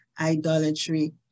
idolatry